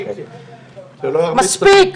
מספיק.